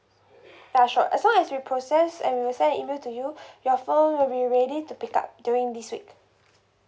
ya sure as long as we process and we will send an email to you your phone will be ready to pick up during this week